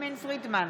יסמין פרידמן,